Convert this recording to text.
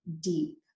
deep